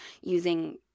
using